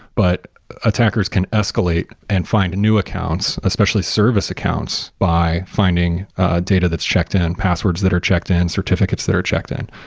but attackers can escalate and find new accounts, especially service accounts by finding a data that's checked in, passwords that are checked in, certificates that are checked in.